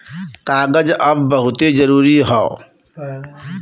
कागज अब बहुते जरुरी हौ